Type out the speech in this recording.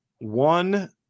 one